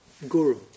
Guru